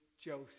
Joseph